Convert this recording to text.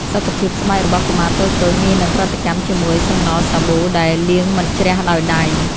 សុខភាពស្បែករបស់កុមារតូចៗងាយនឹងប្រតិកម្មជាមួយសំណល់សាប៊ូដែលលាងមិនជ្រះដោយដៃ។